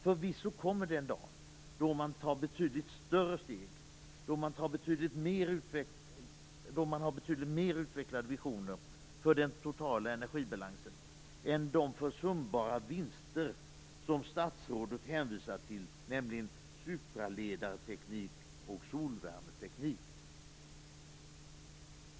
Förvisso kommer den dag då man tar betydligt större steg och då man har betydligt mer utvecklade visioner för den totala energibalansen än de försumbara vinster som statsrådet hänvisade till, nämligen supraledareteknik och solvärmeteknik.